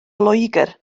loegr